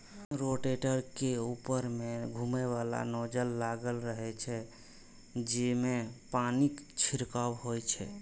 rotator के ऊपर मे घुमैबला नोजल लागल रहै छै, जइसे पानिक छिड़काव होइ छै